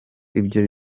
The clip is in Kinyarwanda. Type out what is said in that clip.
ibyo